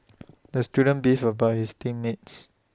the student beefed about his team mates